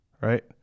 right